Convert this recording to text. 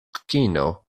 kokino